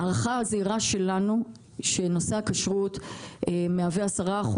ההערכה הזהירה שלנו שנושא הכשרות מהוות 10%